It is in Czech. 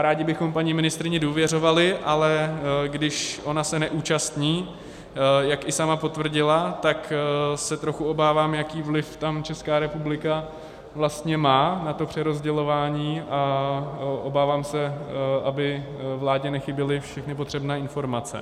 Rádi bychom paní ministryni důvěřovali, ale když ona se neúčastní, jak i sama potvrdila, tak se trochu obávám, jaký vliv tam Česká republika vlastně má na to přerozdělování, a obávám se, aby vládě nechyběly všechny potřebné informace.